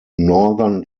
northern